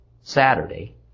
Saturday